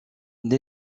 une